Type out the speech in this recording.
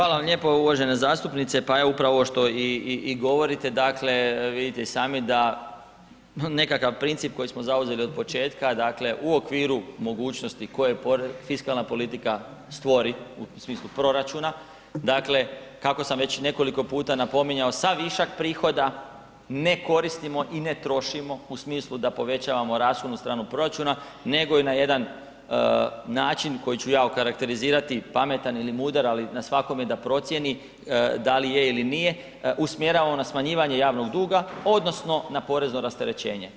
Hvala vam lijepo uvažena zastupnice, pa evo upravo ovo što i govorite, dakle vidite i sami da nekakav princip koji smo zauzeli od početka, dakle u okviru mogućnosti koje fiskalna politika stvori u smislu proračuna, dakle kako sam već nekoliko puta napominjao sav višak prihoda ne koristimo i ne koristimo i ne trošimo u smislu da povećavamo rashodnu stranu proračuna nego i na jedan način koji ću ja okarakterizirati pametan ili mudar ali na svakome je da procjeni da li je ili nije usmjeravao na smanjivanje javnog duga odnosno na porezno rasterečenje.